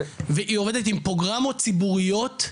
והיא עובדת עם פרוגרמות ציבוריות,